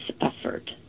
effort